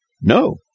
No